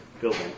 building